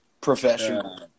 Professional